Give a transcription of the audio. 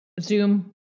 Zoom